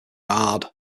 hard